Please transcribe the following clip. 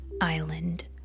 island